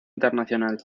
internacional